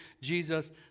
Jesus